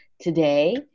Today